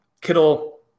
Kittle